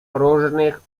różnych